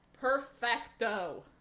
perfecto